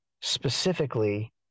specifically